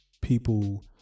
people